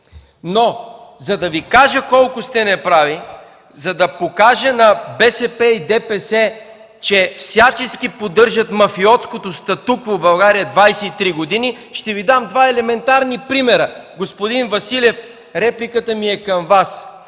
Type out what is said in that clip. За да Ви кажа колко сте неправи, за да покажа на БСП и ДПС, че 23 години всячески поддържат мафиотското статукво в България, ще Ви дам два елементарни примера. Господин Василев, репликата ми е към Вас: